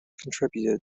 contributed